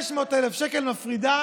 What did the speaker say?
500,000 שקל מפרידים